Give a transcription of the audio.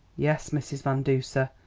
yes, mrs. van duser,